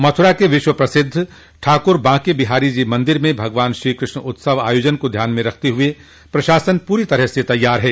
मथुरा के विश्व प्रसिद्ध ठाकुर बांके बिहारी जी मंदिर में भगवान श्रीकृष्ण उत्सव आयोजन को ध्यान में रखते हुए प्रशासन पूरी तरह से तैयार है